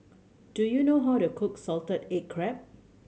do you know how to cook salted egg crab